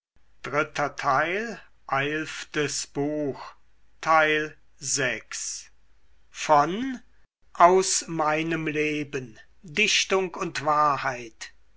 goethe aus meinem leben dichtung und wahrheit